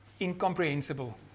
incomprehensible